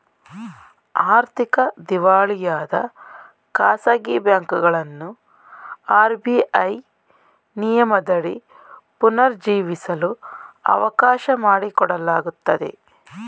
ಆರ್ಥಿಕ ದಿವಾಳಿಯಾದ ಖಾಸಗಿ ಬ್ಯಾಂಕುಗಳನ್ನು ಆರ್.ಬಿ.ಐ ನಿಯಮದಡಿ ಪುನರ್ ಜೀವಿಸಲು ಅವಕಾಶ ಮಾಡಿಕೊಡಲಾಗುತ್ತದೆ